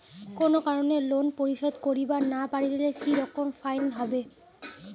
কোনো কারণে লোন পরিশোধ করিবার না পারিলে কি রকম ফাইন হবে?